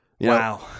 Wow